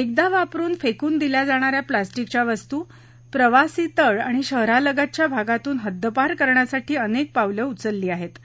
एकदा वापरुन फेकून दिल्या जाणाऱ्या प्लॅस्टिकच्या वस्तू प्रवासी तळ आणि शहरालगतच्या भागातून हद्दपार करण्यासाठी अनेक पावलं उचलली आहेत